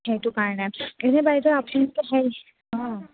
সেইটো কাৰণে এনেই বাইদেউ আপুনিতো হেৰি অঁ